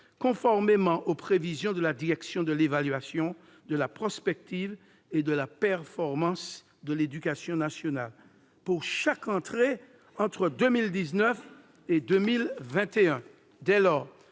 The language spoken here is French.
selon les prévisions de la direction de l'évaluation, de la prospective et de la performance du ministère de l'éducation nationale, pour chaque rentrée entre 2019 et 2021. Dès lors,